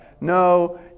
No